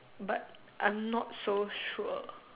but I'm not so sure